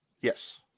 Yes